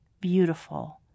beautiful